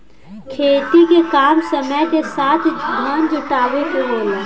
खेती के काम समय के साथ धन जुटावे के होला